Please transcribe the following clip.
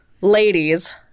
ladies